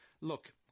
Look